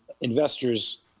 investors